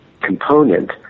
component